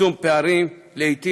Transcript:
היום עם חלק מהם,